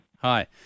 Hi